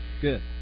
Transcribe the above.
Good